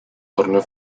torneo